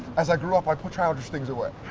as i grew up, i put childish things away.